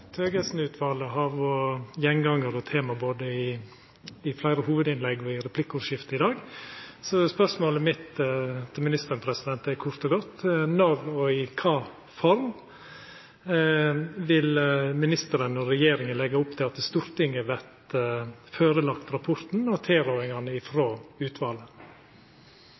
Thøgersen-utvalet har vore gjengangar og tema i fleire hovudinnlegg og i replikkordskiftet i dag. Spørsmålet mitt til finansministeren er kort og godt: Når og i kva form vil finansministeren og regjeringa leggja opp til at Stortinget får lagt fram for seg rapporten og tilrådingane frå utvalet?